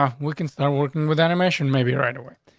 um we can start working with animation. maybe right away.